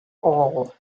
all